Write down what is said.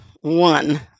one